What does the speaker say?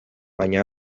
baina